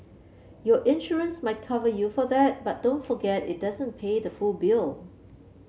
your insurance might cover you for that but don't forget it doesn't pay the full bill